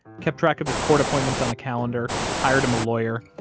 kept track of his court appointments on a calendar, hired him a lawyer,